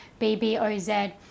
BBOZ